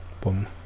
Boom